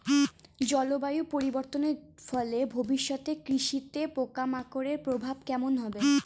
জলবায়ু পরিবর্তনের ফলে ভবিষ্যতে কৃষিতে পোকামাকড়ের প্রভাব কেমন হবে?